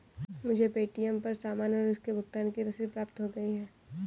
मुझे पे.टी.एम पर सामान और उसके भुगतान की रसीद प्राप्त हो गई है